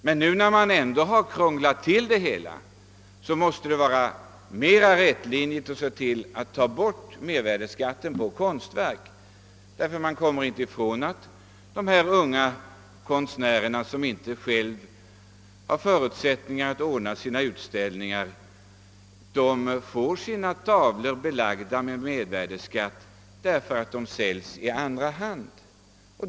Men när man har krånglat till det hela på sätt som nu skett, måste det vara mera rätlinjigt att ta bort mervärdeskatten på konstverk. Vi kommer inte ifrån att de unga konstnärerna, som inte har förutsättningar att ordna utställningar, får sina konstverk belagda med mervärdeskatt, därför att dessa säljs i andra hand.